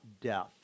death